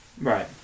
right